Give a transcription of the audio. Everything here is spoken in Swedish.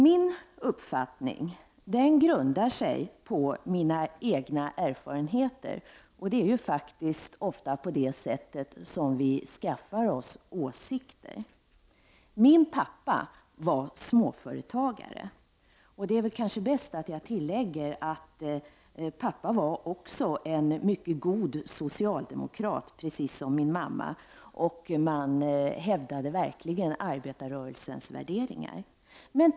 Min uppfattning grundar sig på mina egna erfarenheter, och det är faktiskt ofta på det sättet vi skaffar oss åsikter. Min pappa var småföretagare. Det är väl kanske bäst att jag tillägger att pappa också var en mycket god socialdemokrat, precis som min mamma. Man hävdade verkligen arbetarrörelsens värderingar.